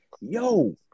yo